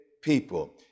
people